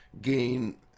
gain